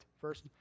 first